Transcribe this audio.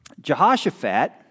Jehoshaphat